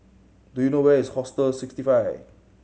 do you know where is Hostel Sixty Five